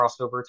crossover